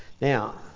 Now